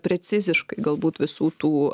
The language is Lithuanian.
preciziškai galbūt visų tų